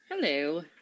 hello